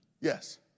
Yes